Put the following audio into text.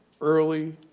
early